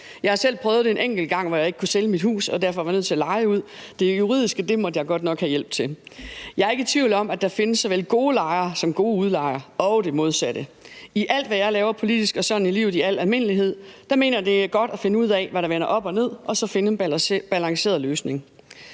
Jeg har selv prøvet det en enkelt gang, hvor jeg ikke kunne sælge mit hus, og derfor var nødt til at leje ud. Det juridiske måtte jeg godt nok have hjælp til. Jeg er ikke i tvivl om, at der findes såvel gode lejere som gode udlejere, og det modsatte. I alt, hvad jeg har lavet politisk, og sådan i livet al almindelighed, mener jeg, det er godt at finde ud af, hvad der vender op og ned, og så finde en balanceret løsning.